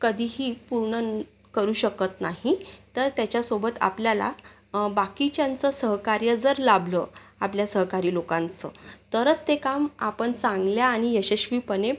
कधीही पूर्ण करू शकत नाही तर त्याच्यासोबत आपल्याला बाकीच्यांचं सहकार्य जर लाभलं आपल्या सहकारी लोकांचं तरच ते काम आपण चांगल्या आणि यशस्वीपणे